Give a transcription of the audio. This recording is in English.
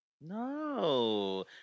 No